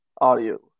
audio